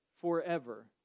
forever